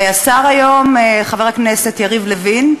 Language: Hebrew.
והשר היום, חבר הכנסת יריב לוין.